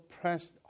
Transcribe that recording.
pressed